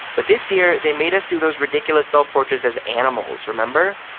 but this year they made us do those ridiculous self-portraits as animals, remember?